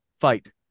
fight